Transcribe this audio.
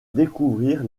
découvrir